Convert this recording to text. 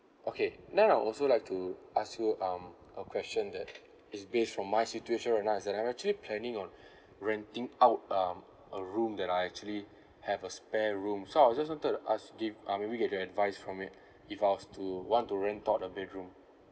okay now I'd also like to ask you um a question that is based from my situation right now is that I'm actually planning on renting out um a room that I actually have a spare room so I just wanted ask if um maybe get your advice from it if I was to want to rent out a bedroom